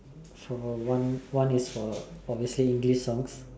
for one one is for obviously English songs